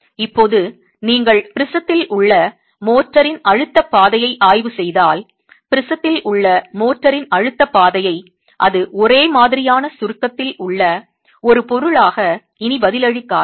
இப்போது நீங்கள் ப்ரிஸத்தில் உள்ள மோர்டாரின் அழுத்தப் பாதையை ஆய்வு செய்தால் ப்ரிஸத்தில் உள்ள மோர்டாரின் அழுத்தப் பாதையை அது ஒரே மாதிரியான சுருக்கத்தில் உள்ள ஒரு பொருளாக இனி பதிலளிக்காது